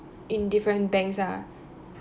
in different banks ah